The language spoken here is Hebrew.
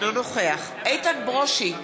אינו נוכח איתן ברושי,